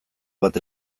bat